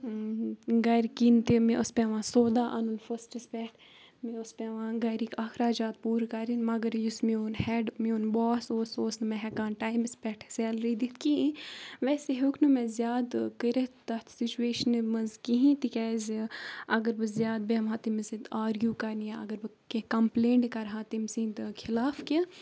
گَر کِنۍ تہِ مےٚ اوس پیٚوان سودا اَنُن فٔسٹَس پٮ۪ٹھ مےٚ اوس پیٚوان گَرِکۍ اخراجات پوٗرٕ کَرٕنۍ مگر یُس میون ہٮ۪ڈ میون باس اوس سُہ اوس نہٕ مےٚ ہٮ۪کان ٹایمَس پٮ۪ٹھ سیلری دِتھ کِہیٖنۍ ویسے ہیوٚکھ نہٕ مےٚ زیادٕ کٔرِتھ تَتھ سُچویشنہِ منٛز کِہیٖنۍ تِکیازِ اگر بہٕ زیادٕ بیٚہمہ تٔمِس سۭتۍ آرگیوٗ کَرنہِ یا اگر بہٕ کینٛہہ کَمپٕلینٹ کَرٕہا تٔمۍ سٕنٛدۍ خِلاف کینٛہہ